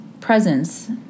presence